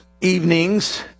evenings